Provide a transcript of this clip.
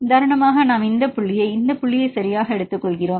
உதாரணமாக நாம் இந்த புள்ளியை இந்த புள்ளியை சரியாக எடுத்துக்கொள்கிறோம்